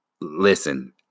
Listen